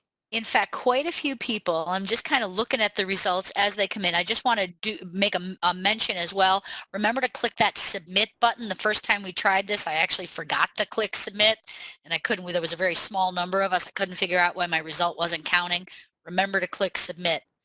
in fact quite a few people i'm just kind of looking at the results as they come in i just want ah to make um a mention as well remember to click that submit button the first time we tried this i actually forgot to click submit and i couldn't we there was a very small number of us i couldn't figure out when my result wasn't counting remember to click submit.